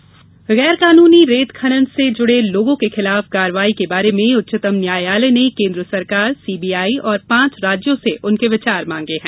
रेत खनन गैर कानूनी रेत खनन से जुड़े लोगों के खिलाफ कार्रवाई के बारे में उच्चतम न्यायालय ने केन्द्र सरकार सीबीआई और पांच राज्यों से उनके विचार मांगे हैं